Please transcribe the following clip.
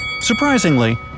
Surprisingly